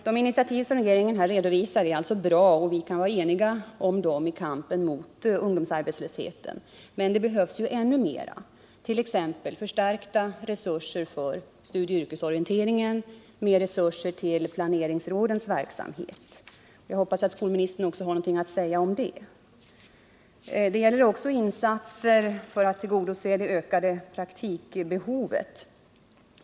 De initiativ som regeringen här redovisar är alltså bra, och vi kan vara eniga om dem i kampen mot ungdomsarbetslösheten. Men det behövs ännu mer, t.ex. förstärkta resurser för studieoch yrkesorienteringen och mer resurser till planeringsrådens verksamhet. Jag hoppas att skolministern också har något att säga om det. Det gäller också insatser för att tillgodose det ökade praktikbehovet.